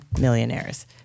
millionaires